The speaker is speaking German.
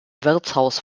wirtshaus